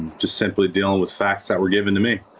to simply deal and with facts that were given to me.